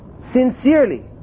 sincerely